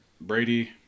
brady